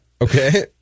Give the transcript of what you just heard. Okay